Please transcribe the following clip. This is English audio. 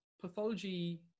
Pathology